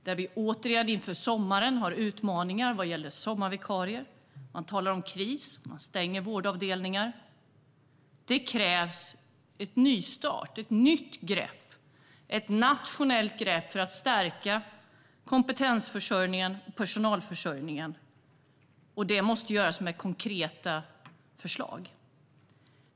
Vi har återigen inför sommaren utmaningar vad gäller sommarvikarier. Man talar om kris. Man stänger vårdavdelningar. Det krävs en nystart, ett nytt grepp, ett nationellt grepp för att stärka kompetensförsörjningen och personalförsörjningen. Det måste göras med konkreta förslag.